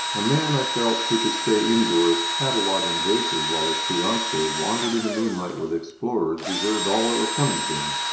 a man, i felt, who could stay indoors cataloguing vases while his fiancee wandered in the moonlight with explorers deserved all that was coming to him.